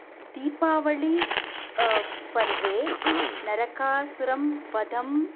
दीपावलिः पर्वे नरकासुरवधम्